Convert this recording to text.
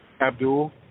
Abdul